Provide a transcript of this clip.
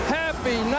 happy